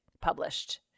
published